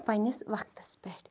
پَنٛنِس وقتَس پٮ۪ٹھ